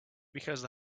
because